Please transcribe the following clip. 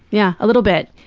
yeah. a little bit.